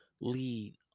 lead